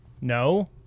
No